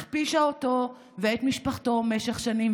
הכפישה אותו ואת משפחתו במשך שנים,